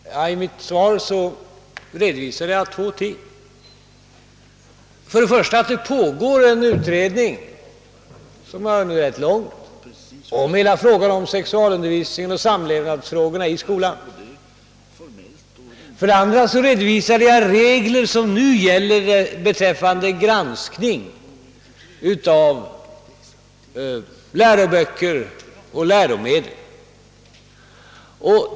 Herr talman! I mitt svar redovisade jag två saker: för det första att det pågår en utredning som har hunnit rätt långt med behandlingen av hela frågan om sexualundervisningen och samlevnadsfrågorna i skolan, och för det andra de regler som nu gäller för granskning av läroböcker och läromedel.